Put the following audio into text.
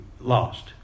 lost